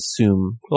assume